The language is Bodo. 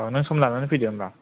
औ नों सम लानानै फैदो होमब्ला